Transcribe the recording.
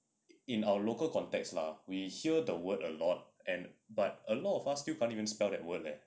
in our local context lah we hear the word a lot and but a lot of us still can't even spell that word leh